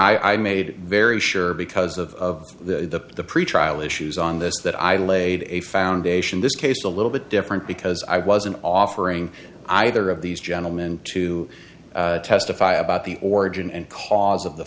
i made very sure because of the pretrial issues on this that i laid a foundation this case a little bit different because i wasn't offering either of these gentlemen to testify about the origin and cause of the